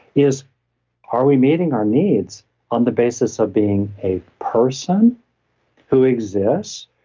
is are we meeting our needs on the basis of being a person who exist,